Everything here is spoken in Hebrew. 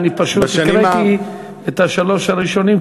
אני פשוט הקראתי את שלושת הראשונים,